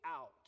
out